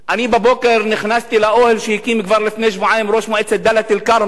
בבוקר נכנסתי לאוהל שהקים כבר לפני שבועיים ראש מועצת דאלית-אל-כרמל,